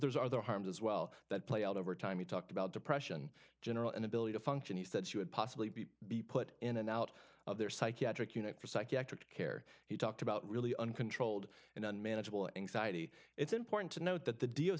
there's other harms as well that play out over time he talked about depression general inability to function he said she would possibly be be put in and out of their psychiatric unit for psychiatric care he talked about really uncontrolled and unmanageable anxiety it's important to note that the de